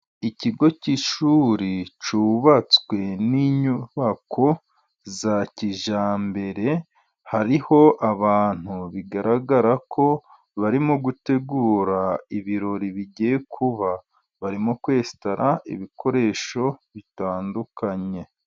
Ikigo cy'ishuri cyubatswe n'inyubako za kijyambere. Hariho abantu bigaragara ko barimo gutegura ibirori bigiye kuba. Barimo kwesitara ibikoresho bitandukanye.